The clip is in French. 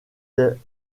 des